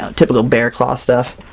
typical bearclaw stuff.